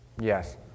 Yes